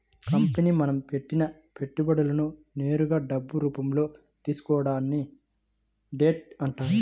company మనం పెట్టిన పెట్టుబడులను నేరుగా డబ్బు రూపంలో తీసుకోవడాన్ని డెబ్ట్ అంటారు